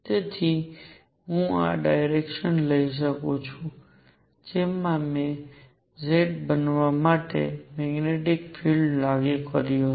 તેથી હું આ ડાયરેક્શન લઈ શકું છું જેમાં મેં z બનવા માટે મેગ્નેટિક ફીલ્ડ લાગુ કર્યું છે